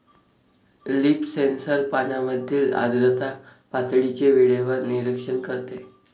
leaf sensor पानांमधील आर्द्रता पातळीचे वेळेवर निरीक्षण करते